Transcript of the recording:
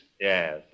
Yes